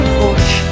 push